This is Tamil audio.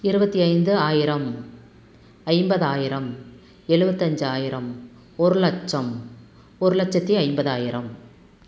இருபத்தி ஐந்து ஆயிரம் ஐம்பதாயிரம் எழுவத்தஞ்சாயிரம் ஒரு லட்சம் ஒரு லட்சத்தி ஐம்பதாயிரம்